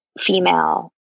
female